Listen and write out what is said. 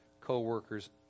co-workers